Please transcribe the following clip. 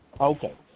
Okay